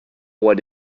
what